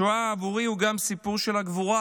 השואה עבורי היא גם סיפור של גבורה,